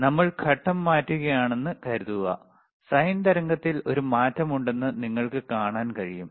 അതിനാൽ നമ്മൾ ഘട്ടം മാറ്റുകയാണെന്ന് കരുതുക സൈൻ തരംഗത്തിൽ ഒരു മാറ്റമുണ്ടെന്ന് നിങ്ങൾക്ക് കാണാൻ കഴിയും